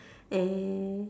eh